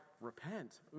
Repent